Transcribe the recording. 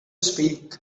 speak